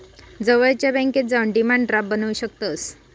जवळच्या बॅन्केत जाऊन डिमांड ड्राफ्ट बनवू शकतंस